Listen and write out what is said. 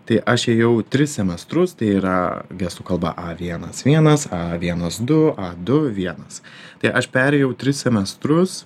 tai aš ėjau tris semestrus tai yra gestų kalba a vienas vienas a vienas du a du vienas tai aš perėjau tris semestrus